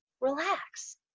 relax